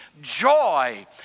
joy